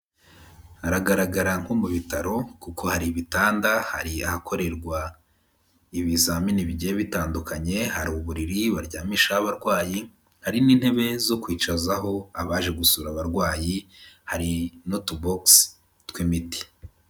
Hagaragara nko mu bitaro, kuko hari ibitanda, hari ahakorerwa ibizamini bigiye bitandukanye, hari uburiri baryamishaho abarwayi, hari n'intebe zo kwicazaho abaje gusura abarwayi, hari n'utubox tw'imiti.